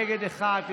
נגד, אחד.